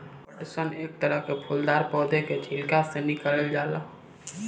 पटसन एक तरह के फूलदार पौधा के छिलका से निकालल जाला